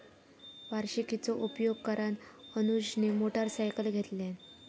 वार्षिकीचो उपयोग करान अनुजने मोटरसायकल घेतल्यान